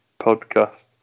podcast